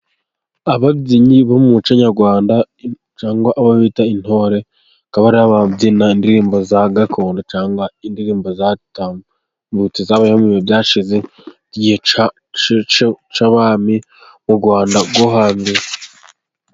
Ababyinnyi bo mu muco nyarwanda cyangwa abo bita intore, bakaba ari ababyina indirimbo za gakondo cyangwa indirimbo zatambutse zabayeho mu bihe byashize mu gihe cya...cy'i...cy'i... cy'abami, mu Rwanda rwo hambere.